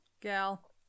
gal